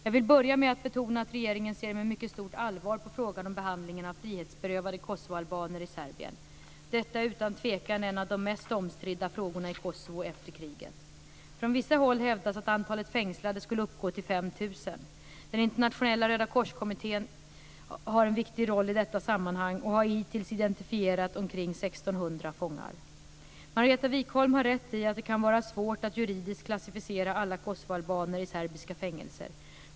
Jag vill börja med att betona att regeringen ser med mycket stort allvar på frågan om behandlingen av frihetsberövade kosovoalbaner i Serbien. Detta är utan tvekan en av de mest omstridda frågorna i Kosovo efter kriget. Från vissa håll hävdas att antalet fängslade skulle uppgå till 5 000. Den internationella Röda korskommittén har en viktig roll i detta sammanhang och har hittills identifierat omkring Margareta Viklund har rätt i att det kan vara svårt att juridiskt klassificera alla kosovoalbaner i serbiska fängelser.